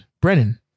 Brennan